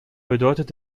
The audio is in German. bedeutet